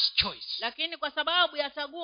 choice